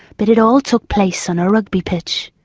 but it all took place on a rugby pitch.